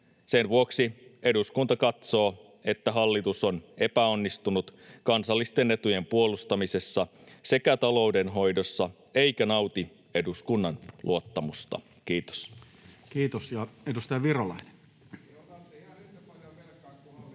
Sen vuoksi eduskunta katsoo, että hallitus on epäonnistunut kansallisten etujen puolustamisessa sekä taloudenhoidossa eikä nauti eduskunnan luottamusta.” — Kiitos. [Speech 197] Speaker: Toinen